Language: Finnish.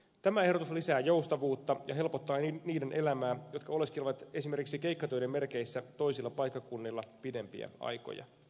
tämä ehdotus lisää joustavuutta ja helpottaa niiden elämää jotka oleskelevat esimerkiksi keikkatöiden merkeissä toisilla paikkakunnilla pidempiä aikoja